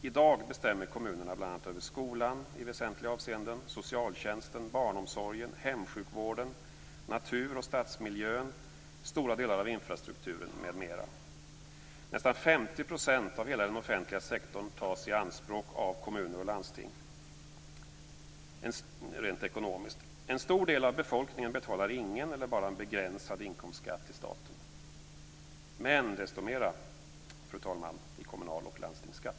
I dag bestämmer kommunerna i väsentliga avseenden bl.a. över skolan, socialtjänsten, barnomsorgen, hemsjukvården, naturoch stadsmiljön, stora delar av infrastrukturen, m.m. Rent ekonomiskt tas nästan 50 % av hela den offentliga sektorn i anspråk av kommuner och landsting. En stor del av befolkningen betalar ingen eller bara en begränsad inkomstskatt till staten. Men, fru talman, de betalar desto mera i kommunal och landstingsskatt.